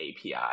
API